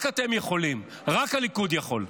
רק אתם יכולים, רק הליכוד יכול.